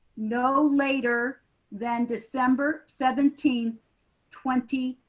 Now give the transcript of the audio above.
no later than december seventeenth twenty.